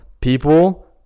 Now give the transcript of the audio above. People